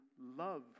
love